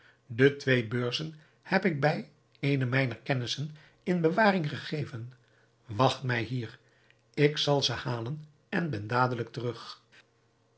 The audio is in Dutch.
de twee beurzen heb ik bij eene mijner kennissen in bewaring gegeven wacht mij hier ik zal ze halen en ben dadelijk terug